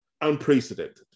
unprecedented